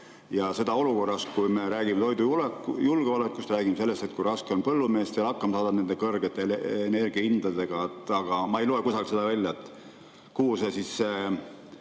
Ja seda olukorras, kui me räägime toidujulgeolekust, räägime sellest, kui raske on põllumeestel hakkama saada nende kõrgete energiahindadega. Aga ma ei loe kusagilt välja, kuhu see